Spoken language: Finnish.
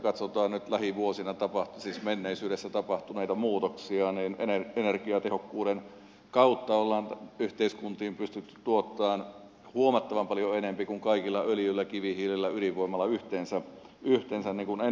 jos me katsomme viime vuosina tapahtuneita muutoksia niin energiatehokkuuden kautta ollaan yhteiskuntiin pystytty tuottamaan huomattavan paljon enempi kuin kaikilla öljyllä kivihiilellä ydinvoimalla yhteensä energiaa